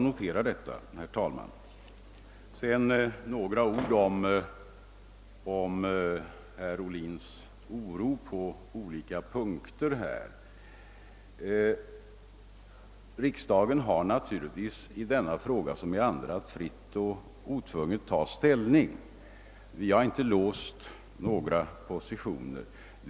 Sedan några ord om herr Ohlins oro på olika punkter! Riksdagen har naturligtvis att ta ställning fritt och obundet i denna fråga liksom i andra. Vi har inte låst några positioner.